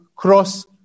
cross